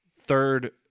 third